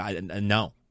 no